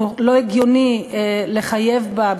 לא הגיוני לחייב בה,